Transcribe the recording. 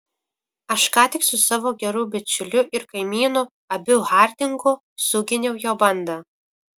aš ką tik su savo geru bičiuliu ir kaimynu abiu hardingu suginiau jo bandą